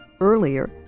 Earlier